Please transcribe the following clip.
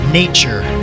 nature